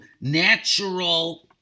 natural